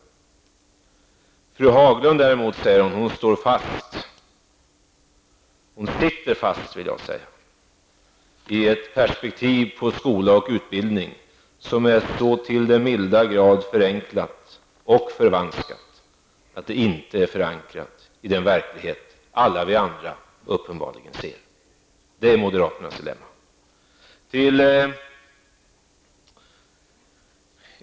Fru Haglund säger däremot att hon står fast. Hon sitter fast, vill jag säga, i ett perspektiv på skola och utbildning som är så till den milda grad förenklat och förvanskat att det inte är förankrat i den verklighet alla vi andra uppenbarligen ser. Det är moderaternas dilemma.